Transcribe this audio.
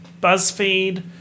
BuzzFeed